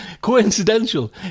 Coincidental